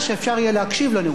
יותר מזה, קצרה ידי.